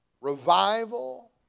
Revival